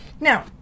Now